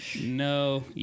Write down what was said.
No